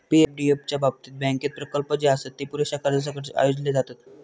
पी.एफडीएफ च्या बाबतीत, बँकेत प्रकल्प जे आसत, जे पुरेशा कर्जासकट आयोजले जातत